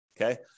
okay